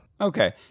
okay